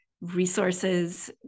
resources